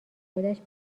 خودش